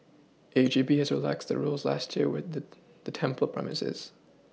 H E B has relaxed the rules last year within the temple premises